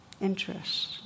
interest